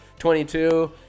22